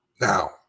Now